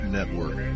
Network